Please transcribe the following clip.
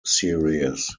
series